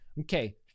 Okay